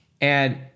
and-